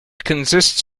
consists